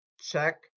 check